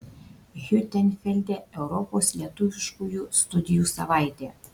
hiutenfelde europos lietuviškųjų studijų savaitė